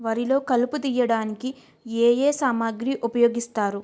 వరిలో కలుపు తియ్యడానికి ఏ ఏ సామాగ్రి ఉపయోగిస్తారు?